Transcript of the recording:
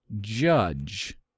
Judge